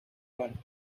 one